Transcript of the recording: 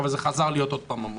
אבל זה חזר להיות עוד פעם עמוס,